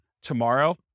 tomorrow